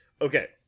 Okay